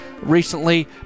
recently